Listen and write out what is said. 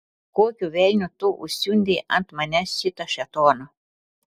kokio velnio tu užsiundei ant manęs šitą šėtoną